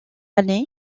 année